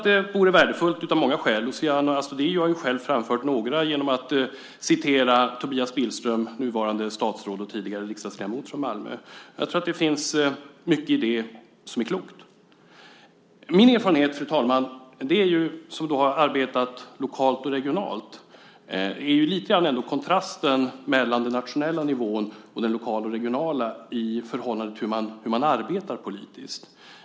Det är värdefullt av många skäl. Luciano Astudillo har själv framfört några genom att ta upp vad Tobias Billström, nuvarande statsråd och tidigare riksdagsledamot från Malmö, har sagt. Det finns mycket i det som är klokt. Min erfarenhet, fru talman, av att arbeta lokalt och regionalt är lite grann kontrasten mellan den nationella nivån och den lokala och regionala nivån när det gäller hur man arbetar politiskt.